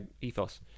ethos